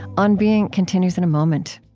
on being continues in a moment